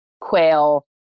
quail